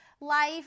life